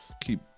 keep